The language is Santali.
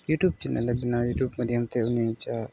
ᱤᱭᱩᱴᱤᱭᱩᱵᱽ ᱪᱮᱱᱮᱞᱮ ᱵᱮᱱᱟᱣᱟ ᱤᱭᱩᱴᱩᱵᱽ ᱢᱟᱫᱽᱫᱷᱚᱢ ᱛᱮ ᱩᱱᱤ ᱡᱟ